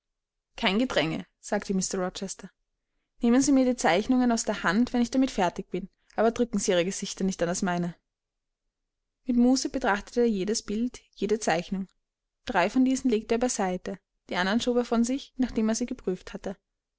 kein gedränge sagte mr rochester nehmen sie mir die zeichnungen aus der hand wenn ich damit fertig bin aber drücken sie ihre gesichter nicht an das meine mit muße betrachtete er jedes bild jede zeichnung drei von diesen legte er beiseite die andern schob er von sich nachdem er sie geprüft hatte